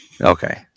Okay